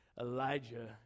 Elijah